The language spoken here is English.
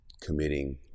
Committing